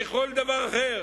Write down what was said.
מכל דבר אחר.